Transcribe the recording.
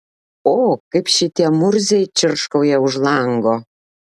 o kaip šitie murziai čirškauja už lango